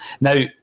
Now